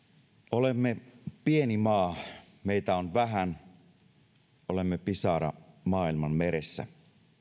olemme pieni maa meitä on vähän olemme pisara maailman meressä